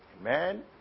Amen